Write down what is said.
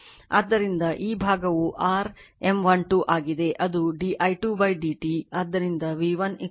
ಆದ್ದರಿಂದ ಈ ಭಾಗವು r M12 ಆಗಿದೆ ಅದು di2 dt ಆದ್ದರಿಂದ v1 M12 di2 dt